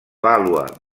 vàlua